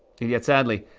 and, yet, sadly,